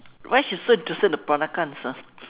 why she so interested in the peranakans ah